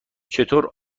چطور